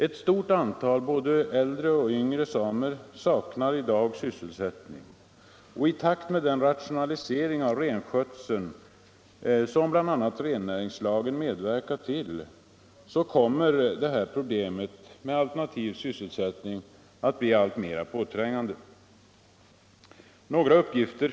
Ett stort antal både äldre och yngre samer saknar nu sysselsättning, och i takt med den rationalisering av renskötseln som bl.a. rennäringslagen medverkat till kommer problemet med alternativ sysselsättning att bli alltmera påträngande. Jag vill lämna några uppgifter.